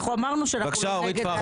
אנחנו אמרנו שאנחנו לא נגד.